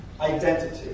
identity